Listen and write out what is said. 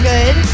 Good